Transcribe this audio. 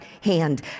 hand